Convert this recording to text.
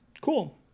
Cool